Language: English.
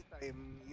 time